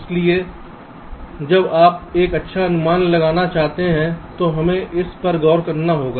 इसलिए जब आप एक अच्छा अनुमान लगाना चाहते हैं तो हमें इस पर गौर करना होगा